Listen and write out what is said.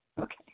Okay